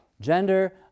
Gender